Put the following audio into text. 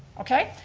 okay?